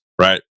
right